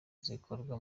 zikorwa